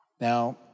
Now